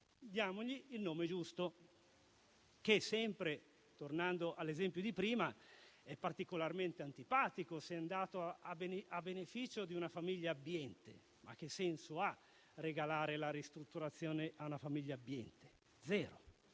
diamogli il nome giusto - e, sempre tornando all'esempio di prima, è particolarmente antipatico se è andato a beneficio di una famiglia abbiente: che senso ha regalare la ristrutturazione a una famiglia abbiente?